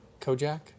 Kojak